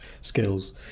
skills